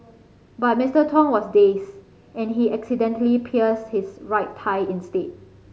but Mister Tong was dazed and he accidentally pierced his right thigh instead